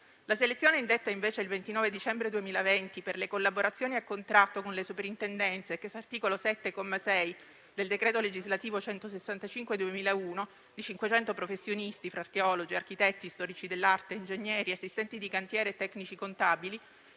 la selezione indetta, invece, il 29 dicembre 2020 per le collaborazioni a contratto con le Soprintendenze ABAP, *ex* art. 7, comma 6, del decreto legislativo n. 165 del 2001 di 500 professionisti (archeologi, architetti, storici dell'arte, ingegneri, assistenti di cantiere e tecnici contabili)